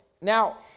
Now